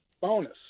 bonus